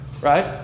Right